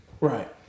Right